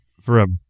Forever